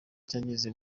cyageze